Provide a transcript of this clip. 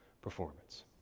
performance